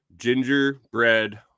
Gingerbread